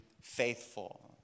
faithful